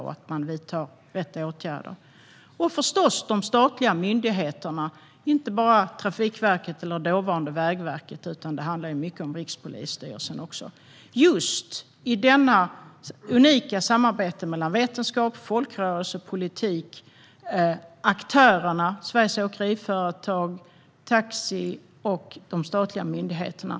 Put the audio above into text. Vi är beredda att se till att rätt åtgärder vidtas. Det handlar förstås också om de statliga myndigheterna. Det gäller då inte bara Trafikverket, eller dåvarande Vägverket, utan det handlar också mycket om Rikspolisstyrelsen. Nollvisionen är ett unikt samarbete mellan vetenskap, folkrörelser, politik, aktörerna, det vill säga Sveriges Åkeriföretag, taxi och de statliga myndigheterna.